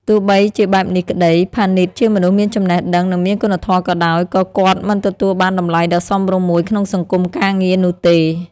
ទោះបីជាបែបនេះក្តី ផានីតជាមនុស្សមានចំណេះដឹង និងមានគុណធម៌ក៏ដោយ ក៏គាត់មិនទទួលបានតម្លៃដ៏សមរម្យមួយក្នុងសង្គមការងារនោះទេ។